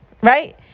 right